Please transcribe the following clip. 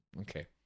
Okay